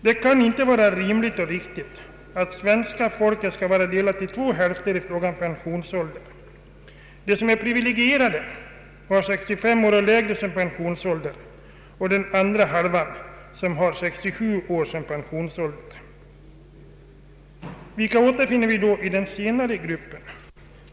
Det kan inte vara rimligt och riktigt att det svenska folket skall vara uppdelat i två hälfter i fråga om pensionsålder, de som är privilegierade och blir pensionerade vid 65 års ålder eller tidigare och de som blir det vid 67 års ålder. Vilka återfinns då i den senare gruppen?